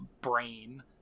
brain